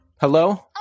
Hello